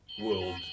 world